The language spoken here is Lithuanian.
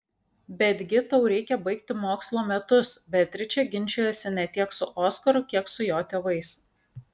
betgi tau reikia baigti mokslo metus beatričė ginčijosi ne tiek su oskaru kiek su jo tėvais